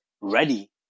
ready